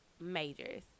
majors